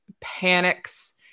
panics